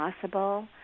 possible